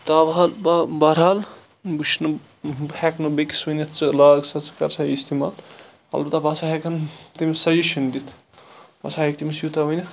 تابحال با بہرحال بہٕ چھُس نہٕ بہٕ ہیٚکہٕ نہٕ بیٚکِس ویٚنِتھ ژٕ لاگ سا ژٕ کر سا یہِ اِستعمال اَلبَتہ بہٕ ہَسا ہیٚکَن تمس سَجَسشَن دِتھ بہٕ ہَسا ہیٚکہٕ تمِس یوٗتاہ ؤنِتھ